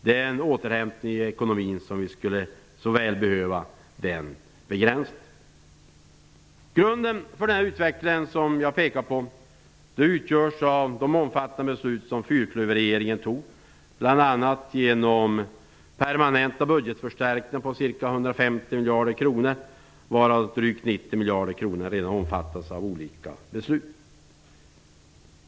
Den återhämtning i ekonomin som vi så väl skulle behöva begränsas. Grunden för den utveckling som jag pekat på utgörs av de omfattande beslut som fyrklöverregeringen fattade, bl.a. genom permanenta budgetförstärkningar på ca 150 miljarder kronor, varav drygt 90 miljarder kronor redan omfattats av olika beslut.